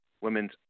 women's